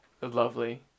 Lovely